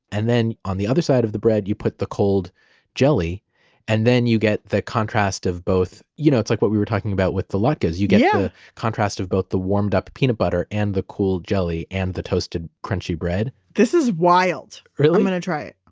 and then on the other side of the bread you put the cold jelly and then you get the contrast of both. you know it's like what we were talking about with the latkes, you get the yeah contrast of both the warmed up peanut butter and the cool jelly and the toasted crunchy bread this is wild. i'm going to try it.